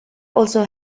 also